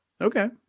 Okay